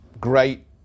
great